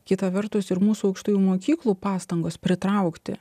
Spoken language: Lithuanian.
kita vertus ir mūsų aukštųjų mokyklų pastangos pritraukti